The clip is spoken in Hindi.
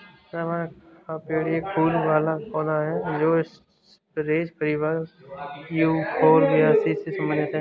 रबर का पेड़ एक फूल वाला पौधा है जो स्परेज परिवार यूफोरबियासी से संबंधित है